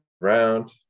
round